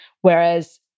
whereas